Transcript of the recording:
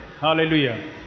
Hallelujah